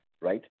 right